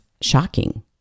shocking